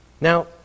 Now